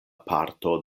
parto